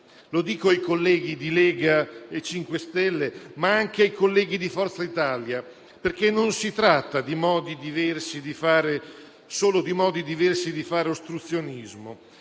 Lo dico ai colleghi di Lega e 5 Stelle ma anche ai colleghi di Forza Italia, perché non si tratta solo di modi diversi di fare ostruzionismo.